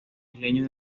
isleños